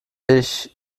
ich